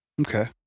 Okay